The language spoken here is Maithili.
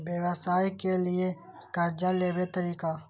व्यवसाय के लियै कर्जा लेबे तरीका?